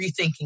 rethinking